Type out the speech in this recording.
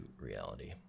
reality